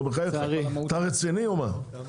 אתה לא רציני פה.